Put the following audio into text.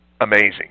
amazing